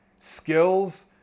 skills